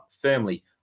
firmly